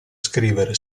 scrivere